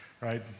right